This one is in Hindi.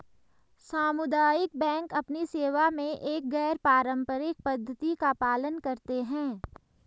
सामुदायिक बैंक अपनी सेवा में एक गैर पारंपरिक पद्धति का पालन करते हैं